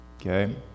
Okay